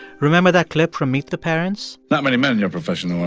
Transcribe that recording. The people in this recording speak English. remember that clip from meet the parents? not many men in your profession,